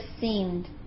seemed